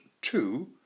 two